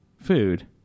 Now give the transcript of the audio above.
food